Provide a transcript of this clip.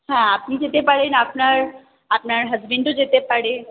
হ্যাঁ আপনি যেতে পারেন আপনার আপনার হাজবেন্ডও যেতে পারে